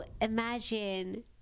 imagine